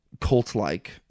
cult-like